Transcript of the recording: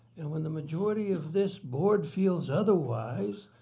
and when the majority of this board feels otherwise,